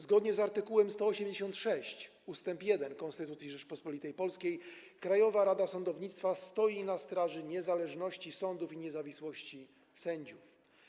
Zgodnie z art. 186 ust. 1 Konstytucji Rzeczypospolitej Polskiej Krajowa Rada Sądownictwa stoi na straży niezależności sądów i niezawisłości sędziów.